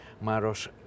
Maros